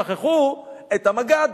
שכחו את המג"ד,